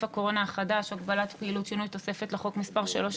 הקורונה החדש הגבלת פעילות) (שינוי התוספת לחוק) (מספר 3),